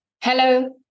hello